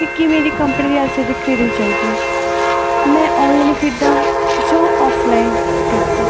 ਵੀ ਕਿਵੇਂ ਦੀ ਕੰਪਨੀ ਦੀ ਐਲ ਸੀ ਡੀ ਖਰੀਦਣੀ ਚਾਹੀਦੀ ਆ ਮੈਂ ਆਨਲਾਈਨ ਖਰੀਦਾਂ ਜਾਂ ਆਫਲਾਈਨ ਖਰੀਦਾਂ